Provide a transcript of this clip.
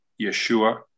Yeshua